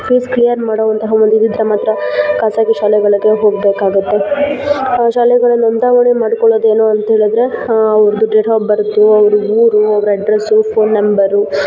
fees clear ಮಾಡೋವಂತಹ ಒಂದು ಇದಿದ್ರೆ ಮಾತ್ರ ಖಾಸಗಿ ಶಾಲೆಗಳಿಗೆ ಹೋಗಬೇಕಾಗತ್ತೆ ಶಾಲೆಗಳ ನೋಂದಾವಣಿ ಮಾಡಿಕೊಳ್ಳೋದ್ ಏನು ಅಂತೇಳಿದ್ರೆ ಹಾಂ ಅವರದ್ದು ಡೇಟ್ ಆಫ್ ಬರ್ತು ಅವ್ರ ಊರು ಅವ್ರ ಅಡ್ರಸ್ಸು ಫೋನ್ ನಂಬರು